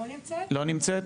שני משפטים,